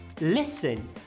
listen